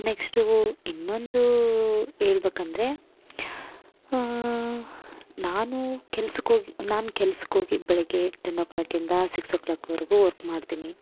next ಇನ್ನೊಂದು ಹೇಳ್ಬೇಕಂದ್ರೆ ನಾನು ಕೆಲ್ಸುಕ್ಕೆ ಹೋಗಿ ನಾನು ಕೆಲ್ಸಕ್ಕೆ ಹೋಗಿ ಬೆಳಗ್ಗೆ ಟೆನ್ ಓ ಕ್ಲಾಕಿಂದ ಸಿಕ್ಸ್ ಓ ಕ್ಲಾಕ್ವರೆಗು ವರ್ಕ್ ಮಾಡ್ತೀನಿ